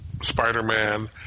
Spider-Man